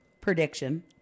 prediction